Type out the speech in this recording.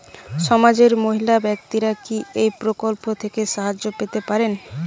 সমাজের মহিলা ব্যাক্তিরা কি এই প্রকল্প থেকে সাহায্য পেতে পারেন?